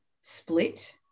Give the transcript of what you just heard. split